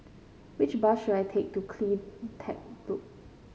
which bus should I take to CleanTech Loop